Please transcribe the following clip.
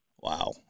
wow